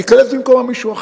ייכנס במקומו מישהו אחר,